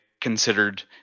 considered